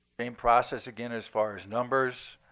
same process again as far as numbers.